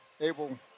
able